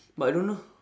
but I don't know